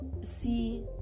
see